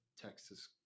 Texas